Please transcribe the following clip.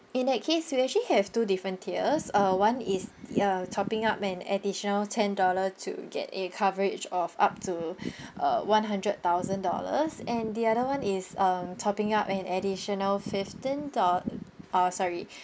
in that case we actually have two different tiers uh one is uh topping up an additional ten dollar to get a coverage of up to uh one hundred thousand dollars and the other one is um topping up an additional fifteen doll~ uh sorry